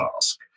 task